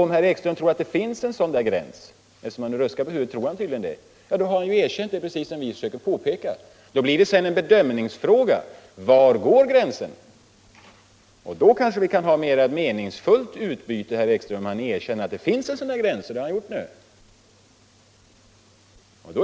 Om herr Ekström tror att det finns en sådan här gräns — eftersom han nyss ruskade på huvudet tror han tydligen det — har han ju erkänt att det är precis som vi försöker påpeka. Då blir det sedan en bedömningsfråga var gränsen går. Kanske vi kan ha ett mera meningsfullt utbyte, herr Ekström, när ni erkänner att det finns en sådan där gräns —- och det har ni gjort nu.